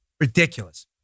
Ridiculous